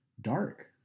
dark